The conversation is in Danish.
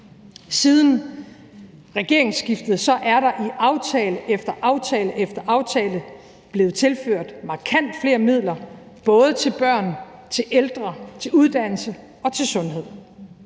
Siden regeringsskiftet er der i aftale efter aftale efter aftale blevet tilført markant flere midler, både til børn, til ældre, til uddannelsesområdet